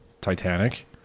Titanic